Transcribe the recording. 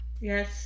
Yes